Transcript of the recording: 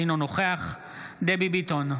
אינו נוכח דבי ביטון,